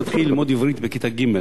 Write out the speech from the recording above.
הילדים, שמתחילים ללמוד עברית בכיתה ג',